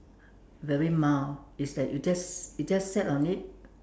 very mild it's that you just you just sat on it